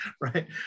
Right